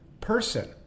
person